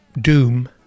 doom